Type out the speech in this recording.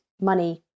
money